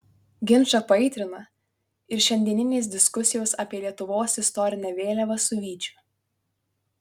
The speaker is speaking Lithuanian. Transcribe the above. ginčą paaitrina ir šiandieninės diskusijos apie lietuvos istorinę vėliavą su vyčiu